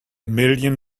million